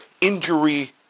injury